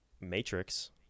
Matrix